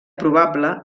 probable